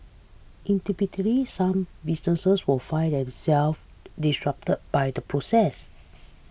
some businesses will find themselves disrupt by the process